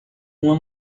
uma